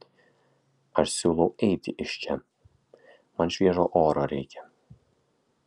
aš siūlau eiti iš čia man šviežio oro reikia